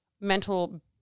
mental